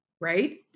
right